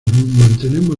mantenemos